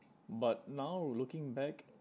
but now looking back